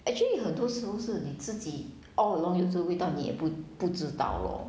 actually 很多时候是你自己 all along 有这个味道你也不不知道 lor